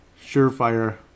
surefire